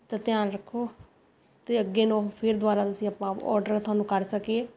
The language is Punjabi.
ਦਾ ਧਿਆਨ ਰੱਖੋ ਅਤੇ ਅੱਗੇ ਨੂੰ ਫਿਰ ਦੁਬਾਰਾ ਤੋਂ ਅਸੀਂ ਆਪਾਂ ਆਰਡਰ ਤੁਹਾਨੂੰ ਕਰ ਸਕੀਏ